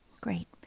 Great